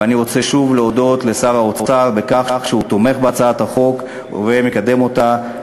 ואני רוצה שוב להודות לשר האוצר על כך שהוא תומך בהצעת החוק ומקדם אותה,